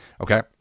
Okay